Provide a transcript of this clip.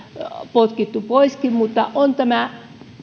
potkittu poiskin mutta on